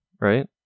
right